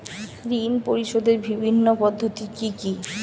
ঋণ পরিশোধের বিভিন্ন পদ্ধতি কি কি?